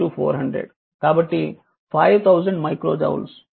కాబట్టి 5000 micro joules